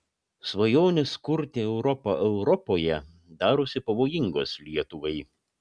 svajonės kurti europą europoje darosi pavojingos lietuvai